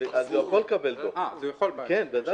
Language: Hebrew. הוא יכול לקבל דוח, ודאי.